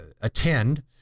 attend